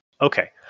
Okay